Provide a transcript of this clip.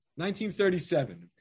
1937